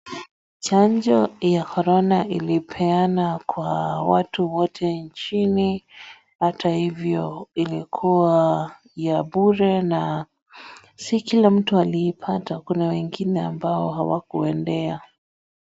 Chanjo ya korona ilipeanwa kwa watu wote nchini, hata hivyo ilikua ya bure na si kila mtu aliipata, una wengine ambao hawakuendea.